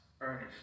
earnest